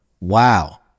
Wow